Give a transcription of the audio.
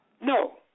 No